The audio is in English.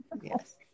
Yes